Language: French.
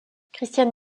christiane